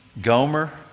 Gomer